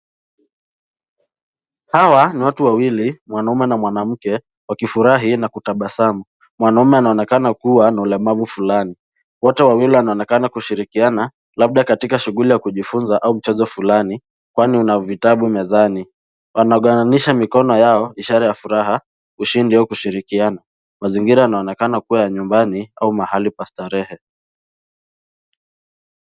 Hawa ni watu wawili, mwanaume na mwanamke, wakifurahi na kutabasamu. Mwanaume anaonekana kuwa na ulemavu fulani. Wote wawili wanaonekana kushirikiana labda katika shuguli za kujifunza au kitu fulani, kwani kuna vitabu mezani. Wanaganisha mikono yao ishara ya furaha, ushindi, au kushirikiana. Mazingira yanaonekana kuwa nyumbani au mahali pa starehe.